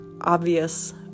obvious